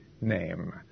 name